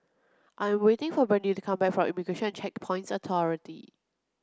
I'm waiting for Brandie to come back from Immigration and Checkpoints Authority